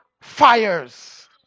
fires